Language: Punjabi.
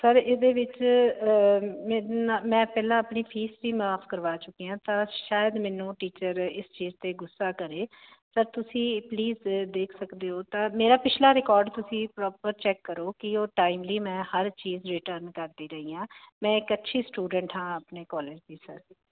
ਸਰ ਇਹਦੇ ਵਿੱਚ ਮੈਂ ਪਹਿਲਾਂ ਆਪਣੀ ਫੀਸ ਵੀ ਮਾਫ ਕਰਵਾ ਚੁੱਕੇ ਆਂ ਤਾਂ ਸ਼ਾਇਦ ਮੈਨੂੰ ਟੀਚਰ ਇਸ ਚੀਜ਼ ਤੇ ਗੁੱਸਾ ਕਰੇ ਸਰ ਤੁਸੀਂ ਪਲੀਜ਼ ਦੇਖ ਸਕਦੇ ਹੋ ਤਾਂ ਮੇਰਾ ਪਿਛਲਾ ਰਿਕਾਰਡ ਤੁਸੀਂ ਪ੍ਰੋਪਰ ਚੈੱਕ ਕਰੋ ਕਿ ਉਹ ਟਾਈਮਲੀ ਮੈਂ ਹਰ ਚੀਜ਼ ਰਿਟਰਨ ਕਰਦੀ ਰਹੀ ਆਂ ਮੈਂ ਇੱਕ ਅੱਛੀ ਸਟੂਡੈਂਟ ਹਾਂ ਆਪਣੇ ਕਾਲਜ ਦੀ ਸਰ